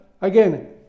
again